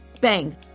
Bang